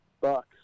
bucks